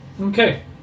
Okay